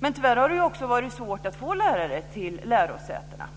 Det har tyvärr också varit svårt att få lärare till lärosätena.